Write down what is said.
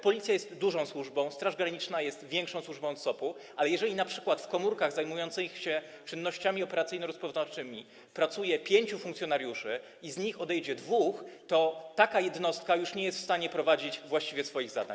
Policja jest dużą służbą, Straż Graniczna jest większą służbą od SOP, ale jeżeli np. w komórkach zajmujących się czynnościami operacyjno-rozpoznawczymi pracuje pięciu funkcjonariuszy i odejdzie dwóch, to taka jednostka nie jest już w stanie prowadzić właściwie swoich zadań.